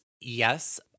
yes